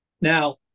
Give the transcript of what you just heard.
Now